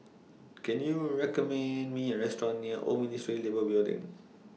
Can YOU recommend Me A Restaurant near Old Ministry of Labour Building